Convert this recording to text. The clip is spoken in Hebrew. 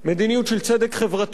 מדיניות של צדק חברתי,